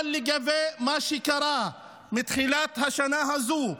אבל לגבי מה שקרה בתחילת השנה הזאת,